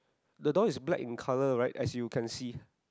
the door is black in colour right as you can see